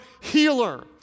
healer